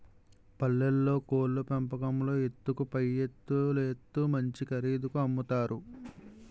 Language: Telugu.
పల్లెల్లో కోళ్లు పెంపకంలో ఎత్తుకు పైఎత్తులేత్తు మంచి ఖరీదుకి అమ్ముతారు